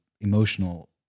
emotional